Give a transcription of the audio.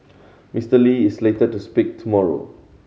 Mister Lee is slated to speak tomorrow